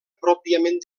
pròpiament